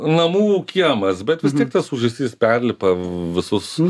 namų kiemas bet vis tiek tas ūžesys perlipa visus